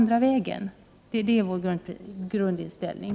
Detta är vår grundinställning.